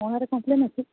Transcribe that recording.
ମୋ ନାଁରେ କମ୍ପ୍ଲେନ୍ ଅଛି